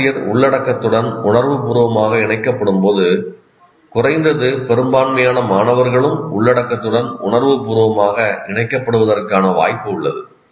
ஆசிரியர் உள்ளடக்கத்துடன் உணர்வுபூர்வமாக இணைக்கப்படும் போது குறைந்தது பெரும்பான்மையான மாணவர்களும் உள்ளடக்கத்துடன் உணர்வுபூர்வமாக இணைக்கப்படுவதற்கான வாய்ப்பு உள்ளது